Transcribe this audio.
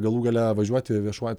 galų gale važiuoti viešuoju